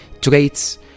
traits